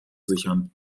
sichern